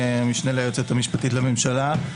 המשנה ליועצת המשפטית לממשלה,